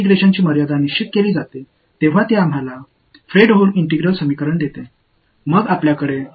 ஒருங்கிணைப்பின் வரம்புகள் சரியாக நிர்ணயிக்கப்பட்டால் அது நமக்கு ஒரு ஃப்ரெட்ஹோம் ஒருங்கிணைந்த சமன்பாட்டை அளிக்கிறது